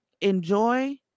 enjoy